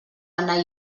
anar